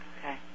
Okay